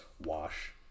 wash